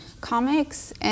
comics